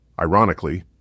Ironically